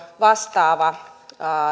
vastaava